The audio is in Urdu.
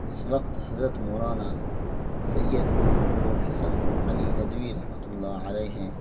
اس وقت حضرت مولانا سید ابو الحسن علی ندوی رحمۃ اللہ علیہ ہیں